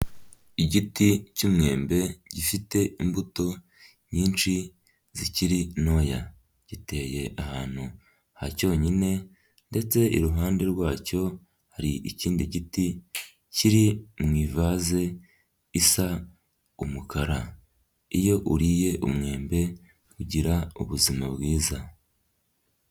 Igiti k'imyembe gifite imbuto nyinshi zikiri ntoya. Giteye ahantu ha cyonyine ndetse iruhande rwacyo hari ikindi giti kiri mu ivase isa umukara. Iyo uriye umwembe ugira ubuzima bwiza.